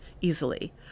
easily